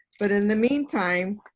but in the meantime,